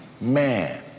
man